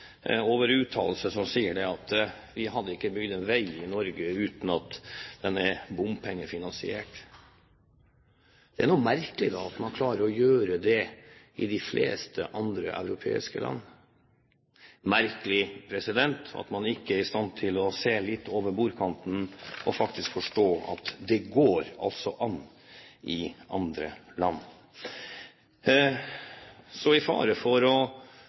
over uttalelser om at vi ikke hadde bygd en vei i Norge uten at den var bompengefinansiert. Det er jo merkelig at man klarer å gjøre det i de fleste andre europeiske land – det er merkelig at man ikke er i stand til å se litt over bordkanten og forstå at det går an i andre land. Så i fare for å